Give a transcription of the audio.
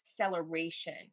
acceleration